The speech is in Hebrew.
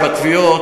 והתביעות,